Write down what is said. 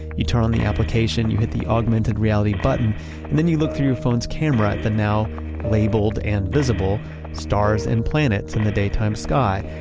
you turn on the application, you press the augmented reality button and then you look through your phone's camera at the now labeled and visible stars and planets in the daytime sky.